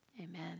Amen